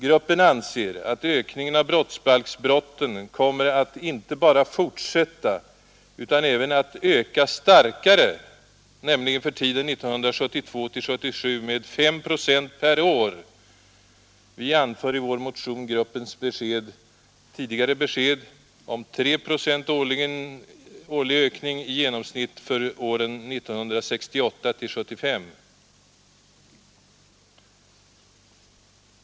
Gruppen anser att ökningen av brottsbalksbrotten kommer att inte bara fortsätta utan även att öka starkare, nämligen för tiden 1972—1977 med 5 procent per år. Vi anför i vår motion gruppens tidigare besked om 3 procents årlig ökning i genomsnitt för åren 1968-1975.